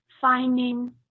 finding